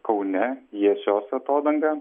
kaune jiesios atodanga